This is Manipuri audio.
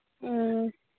ꯎꯝ